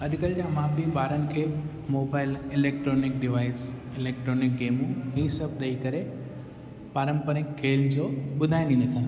अॼुकल्ह जा माउ पीउ ॿारनि खे मोबाइल इलैक्ट्रॉनिक डिवाइज इलैक्ट्रॉनिक गेमूं हीउ सभु ॾेई करे पारम्परिकु खेल जो ॿुधाइनि ई नथा